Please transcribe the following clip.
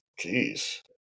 Jeez